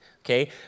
okay